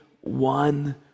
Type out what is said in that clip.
one